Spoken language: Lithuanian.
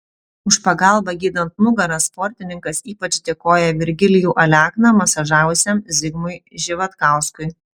už pagalbą gydant nugarą sportininkas ypač dėkoja virgilijų alekną masažavusiam zigmui živatkauskui